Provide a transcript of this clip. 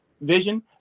vision